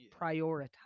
prioritize